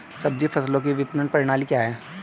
सब्जी फसलों की विपणन प्रणाली क्या है?